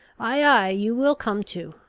ay, ay you will come to.